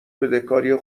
بدهکاری